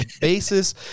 basis